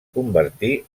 convertí